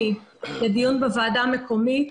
מקרקעי ישראל לדיון בוועדה המקומית.